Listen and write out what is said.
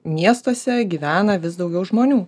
miestuose gyvena vis daugiau žmonių